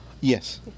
yes